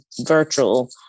virtual